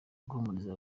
guhumuriza